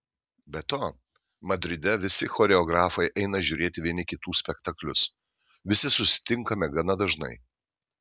be to madride visi choreografai eina žiūrėti vieni kitų spektaklius visi susitinkame gana dažnai